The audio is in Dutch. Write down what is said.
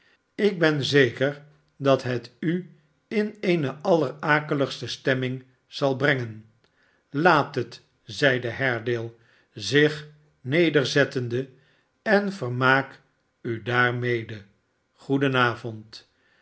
ik ben zeker dat het u in eene allerakeligste stemming zal brengen laat het zeide haredale zich nederzettende en vermaak u daarmede